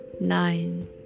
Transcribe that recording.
Nine